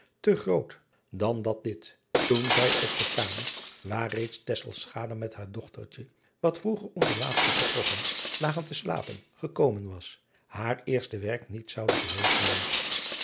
te groot dan dat dit toen zij op de kamer waar reeds met haar dochtertje wat vroeger om de laatste vertrokken lagen te slapen gekomen was haar eerste werk niet zoude geweest zijn